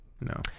no